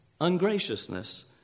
ungraciousness